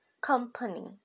company